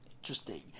Interesting